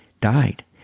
died